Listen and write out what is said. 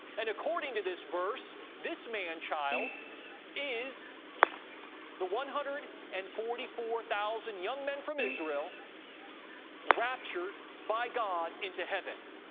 and according to this verse, this man-child is the one hundred and forty four thousand young men from israel raptured by god into heaven.